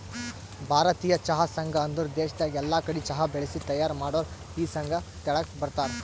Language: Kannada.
ಭಾರತೀಯ ಚಹಾ ಸಂಘ ಅಂದುರ್ ದೇಶದಾಗ್ ಎಲ್ಲಾ ಕಡಿ ಚಹಾ ಬೆಳಿಸಿ ತೈಯಾರ್ ಮಾಡೋರ್ ಈ ಸಂಘ ತೆಳಗ ಬರ್ತಾರ್